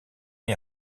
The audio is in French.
née